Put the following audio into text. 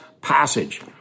passage